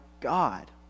God